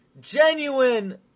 genuine